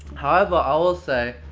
however, i will say,